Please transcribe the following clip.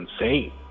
insane